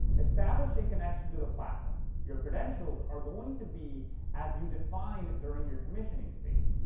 establish a connection to the platform. your credentials are going to be as you defined during your commissioning stage.